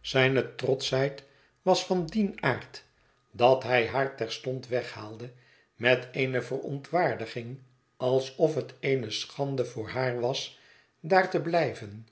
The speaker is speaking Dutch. zijne trotschheid was van dien aard dat hij haai terstond weghaalde met eene verontwaardiging alsof het eene schande voor haar was daar te blijven